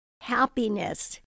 happiness